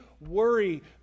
worry